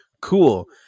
Cool